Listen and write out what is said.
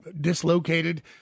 dislocated